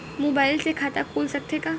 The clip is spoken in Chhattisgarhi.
मुबाइल से खाता खुल सकथे का?